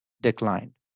declined